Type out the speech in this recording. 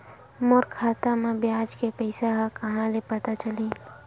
मोर खाता म ब्याज के पईसा ह कहां ले पता चलही?